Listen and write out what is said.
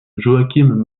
joaquim